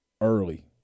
early